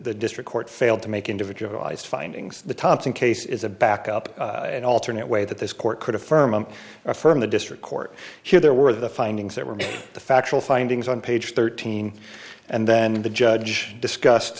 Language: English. the district court failed to make individualized findings the thompson case is a backup an alternate way that this court could affirm affirm the district court here there were the findings that were made the factual findings on page thirteen and then the judge discussed